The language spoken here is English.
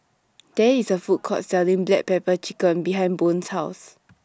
There IS A Food Court Selling Black Pepper Chicken behind Boone's House